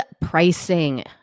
pricing